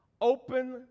open